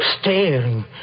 staring